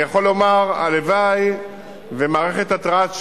אני יכול לומר: הלוואי שמערכת התרעת שמע,